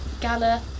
Gala